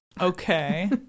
Okay